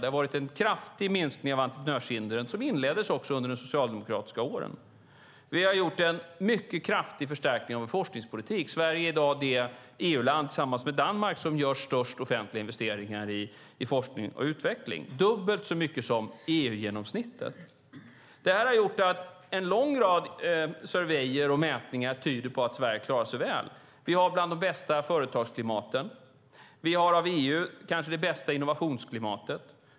Det har varit en kraftig minskning av entreprenörshindren som inleddes under de socialdemokratiska åren. Vi har gjort en mycket kraftig förstärkning av medlen till vår forskningspolitik. Sverige är i dag tillsammans med Danmark det EU-land som gör störst offentliga investeringar i forskning och utveckling, nämligen dubbelt så mycket som EU-genomsnittet. En lång rad undersökningar och mätningar visar att Sverige klarar sig väl. Vi har bland de bästa företagsklimaten. Vi har det kanske bästa innovationsklimatet i EU.